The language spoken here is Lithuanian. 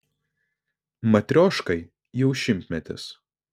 matrioškai jau šimtmetis